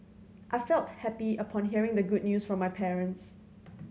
I felt happy upon hearing the good news from my parents